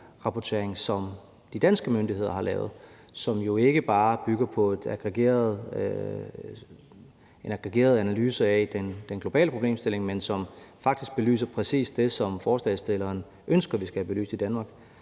som de danske myndigheder har lavet, og som jo ikke bare bygger på en aggregeret analyse af den globale problemstilling, men som faktisk belyser præcis det, som forslagsstillerne ønsker vi skal have belyst i Danmark.